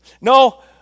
No